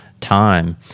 time